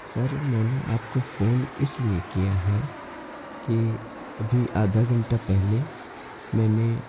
سر میں نے آپ کو فون اس لیے کیا ہے کہ ابھی آدھا گھنٹہ پہلے میں نے